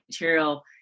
material